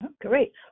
Great